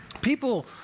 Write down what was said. People